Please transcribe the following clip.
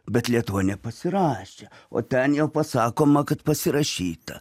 bet lietuva nepasirašė o ten jau pasakoma kad pasirašyta